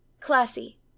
classy